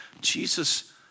Jesus